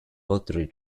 lottery